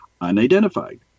unidentified